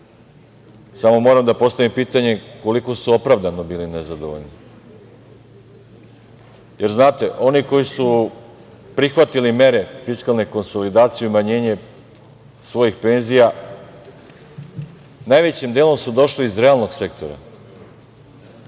Samo, moram da postavim pitanje koliko su opravdano bili nezadovoljni? Znate, oni koji su prihvatili mere fiskalne konsolidacije i umanjenje svojih penzija najvećim delom su došli iz realnog sektora.